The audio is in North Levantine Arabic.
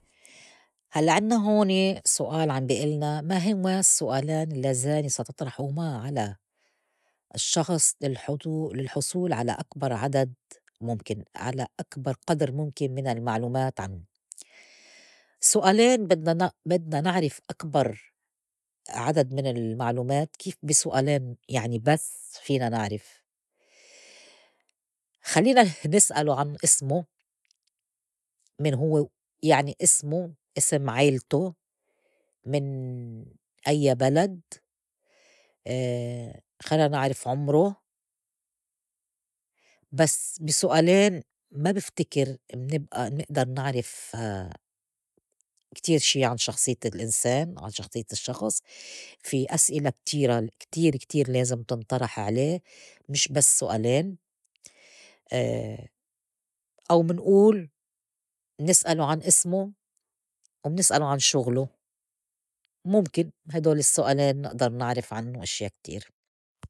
هلأ عنّا هوني سؤال عم بي إلنا ما هو السؤالان اللّزان ستطرحهما على الشّخص للحطو- للحصول على أكبر عدد مُمكن على أكبر قدر مُمكن من المعلومات عنّو سؤالين بدنا نق- بدنا نعرف أكبر عدد من المعلومات كيف بي سؤالين يعني بس فينا نعرف. خلّينا نسألو عن إسمو مين هو يعني إسمو إسم عيلتو؟ من أيّ بلد؟ خلّينا نعرف عمرو بس بي سؤالين ما بفتكر منبئى نئدر نعرف كتير شي عن شخصيّة الإنسان عن شخصيّة الشّخص. في أسئلة كتيرة كتير كتير لازم تنطرح عليه مش بس سؤالين. أو منئول نسألو عن إسمو، ومنسألو عن شُغلو مُمكن هيدول السؤالين نئدر نعرف عنّو إشيا كتير.